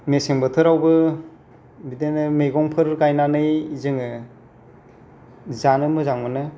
मेसें बोथोरावबो बिदिनो मैगंफोर गायनानै जोङो जानो मोजां मोनो